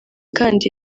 kandi